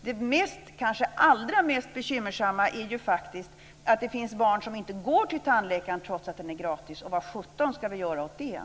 Det kanske allra mest bekymmersamma är ju faktiskt att det finns barn som inte går till tandläkaren, trots att den är gratis.